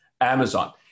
Amazon